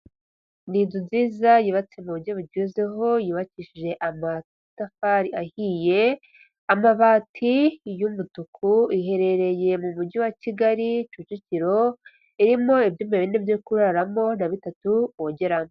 Ni inzu nziza yubatse mu buryo bugezweho, yubakishije amatafari ahiye, amabati y'umutuku, iherereye mu mujyi wa Kigali Kicukiro, irimo ibyumba bine byo kuraramo na bitatu bogeramo.